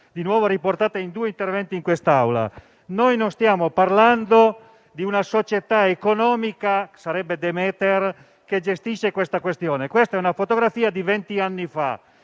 di nuovo riportata in due interventi in quest'Aula. Noi non stiamo parlando di una società economica - Demeter - che gestisce la materia. Questa è una fotografia di vent'anni fa.